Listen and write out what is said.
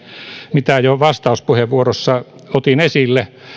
mitä jo vastauspuheenvuorossa otin esille